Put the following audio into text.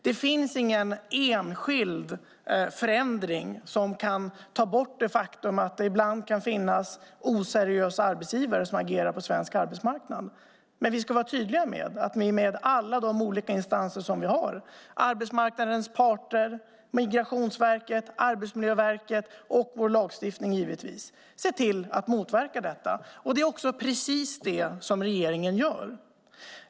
Det finns ingen enskild förändring som kan ta bort det faktum att det ibland kan finnas oseriösa arbetsgivare som agerar på svensk arbetsmarknad. Men vi ska vara tydliga med att vi med alla de olika instanser som vi har - arbetsmarknadens parter, Migrationsverket, Arbetsmiljöverket och givetvis vår lagstiftning - ska se till att motverka detta. Det är precis det som regeringen gör.